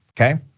okay